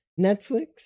Netflix